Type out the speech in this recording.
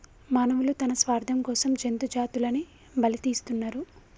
మానవులు తన స్వార్థం కోసం జంతు జాతులని బలితీస్తున్నరు